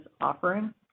offering